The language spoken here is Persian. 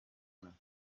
کنم